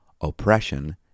oppression